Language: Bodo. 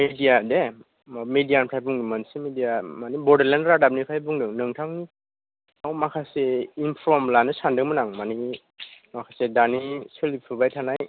मेडिया दे मेडियानिफ्राय बुंदों मोनसे मेडिया मानि बर'लेण्ड रादाबनिफ्राय बुंदों नोंथांनाव माखासे इनफरम लानो सानदोंमोन आं मानि माखासे दानि सोलिफुबाय थानाय